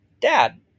Dad